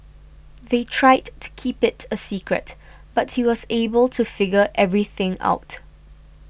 they tried to keep it a secret but he was able to figure everything out